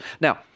Now